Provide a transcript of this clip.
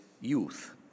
youth